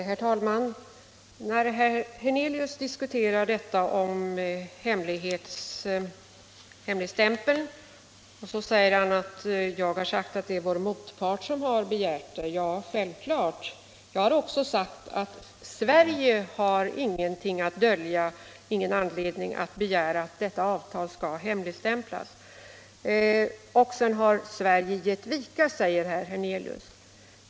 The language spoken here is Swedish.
Herr talman! När herr Hernelius talar om hemligstämpeln säger han att jag har sagt att det är vår motpart som har begärt hemligstämpling. Ja, självfallet. Jag har också sagt att Sverige har ingen anledning att begära att detta avtal skall hemligstämplas. Sverige har gett vika, säger herr Hernelius.